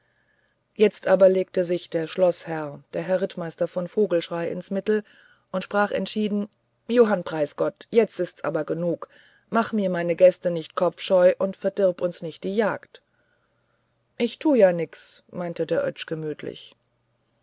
jetzt aber legte sich der schloßherr der herr rittmeister von vogelschrey ins mittel und sprach entschieden johann preisgott jetzt ist's aber genug mache mir meine gäste nicht kopfscheu und verdirb uns nicht die jagd i tu ja nix meinte der oetsch gemütlich